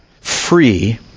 free